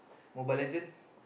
Mobile-Legend